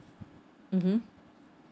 mmhmm